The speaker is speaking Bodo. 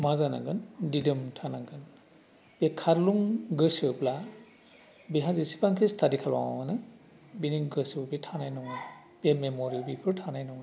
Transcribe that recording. मा जानांगोन दिदोम थानांगोन बे खारलुं गोसोब्ला बेहा जेसेबांखि स्टाडि खालामा मानो बिनि गोसो बे थानाय नङा बे मेमरि बेफोर थानाय नङा